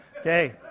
Okay